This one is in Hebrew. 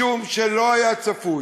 משום שלא היה צפוי,